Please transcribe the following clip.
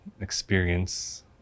experience